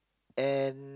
and